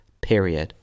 period